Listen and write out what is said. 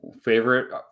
favorite